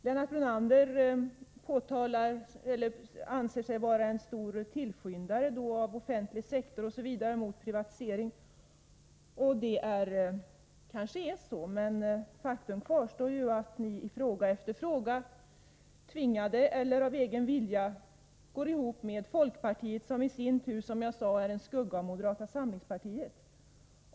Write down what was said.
Lennart Brunander anser sig vara en stor tillskyndare av utvidgning av den offentliga sektorn och mot privatisering. Det kanske är så, men faktum kvarstår, nämligen att ni i fråga efter fråga, tvingade eller av egen vilja, går ihop med folkpartiet, som i sin tur — som jag sade — är en skugga av moderata samlingspartiet.